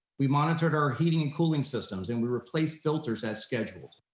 we monitored our heating and cooling systems and we replaced filters as scheduled.